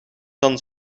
dan